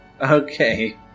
Okay